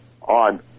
on